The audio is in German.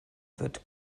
wird